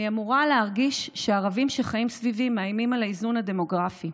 אני אמורה להרגיש שהערבים שחיים סביבי מאיימים על האיזון הדמוגרפי,